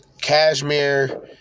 cashmere